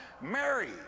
Mary